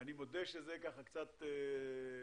אני מודה שזה קצת תמוה,